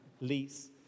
lease